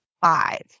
five